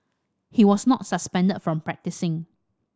he was not suspended from practising